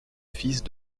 fils